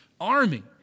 army